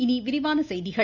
இனி விரிவான செய்திகள்